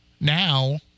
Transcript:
Now